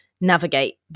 navigate